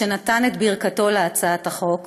והוא נתן את ברכתו להצעת החוק,